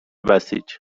بسیج